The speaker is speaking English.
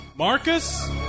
Marcus